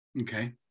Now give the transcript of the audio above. Okay